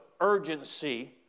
urgency